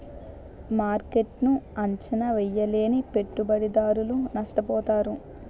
మార్కెట్ను అంచనా వేయలేని పెట్టుబడిదారులు నష్టపోతారు